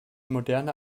moderner